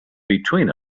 between